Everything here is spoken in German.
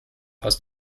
aus